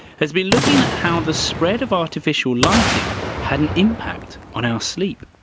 has been looking at how the spread of artificial lighting had an impact on our sleep.